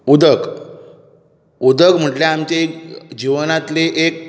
उदक उदक म्हटल्या आमच्या एक जिवनांतली एक